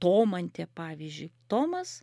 tomantė pavyzdžiui tomas